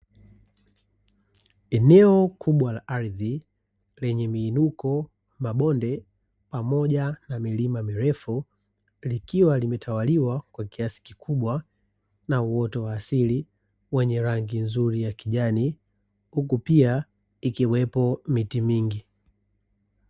Eneo kubwa la ardhi lenye miinuko, mabonde pamoja na milima mirefu likiwa limetawaliwa kwa kiasi kikubwa na uoto wa asili wenye rangi nzuri ya kijani, huku pia ikiwepo miti mingi.